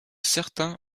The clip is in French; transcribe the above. certains